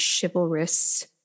chivalrous